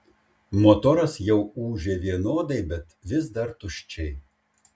motoras jau ūžė vienodai bet vis dar tuščiai